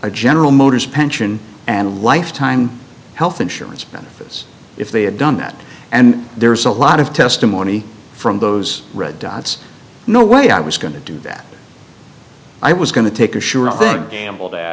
a general motors pension and lifetime health insurance benefits if they had done that and there's a lot of testimony from those red dots no way i was going to do that i was going to take a sure thing gamble that